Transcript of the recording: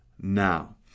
now